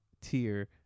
tier